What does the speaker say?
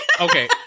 okay